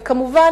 וכמובן,